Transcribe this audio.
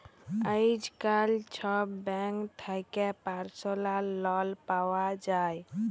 আইজকাল ছব ব্যাংক থ্যাকে পার্সলাল লল পাউয়া যায়